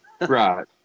Right